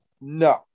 no